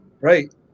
Right